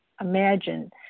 Imagine